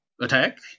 attack